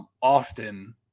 often